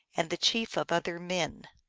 and the chief of other men.